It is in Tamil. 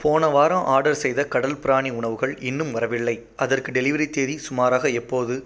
போன வாரம் ஆர்டர் செய்த கடல் பிராணி உணவுகள் இன்னும் வரவில்லை அதற்கு டெலிவரி தேதி சுமாராக எப்போது